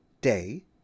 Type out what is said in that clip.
day